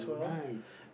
nice